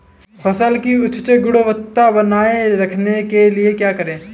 फसल की उच्च गुणवत्ता बनाए रखने के लिए क्या करें?